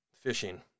fishing